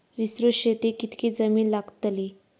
विस्तृत शेतीक कितकी जमीन लागतली?